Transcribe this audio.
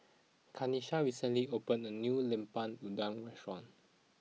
Kanisha recently opened a new Lemper Udang restaurant